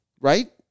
Right